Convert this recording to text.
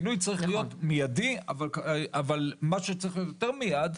הפינוי צריך להיות מיידי אבל מה שצריך להיות יותר מיד,